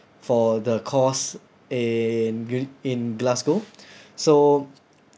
for the course and g~ in glasgow so